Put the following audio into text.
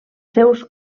seus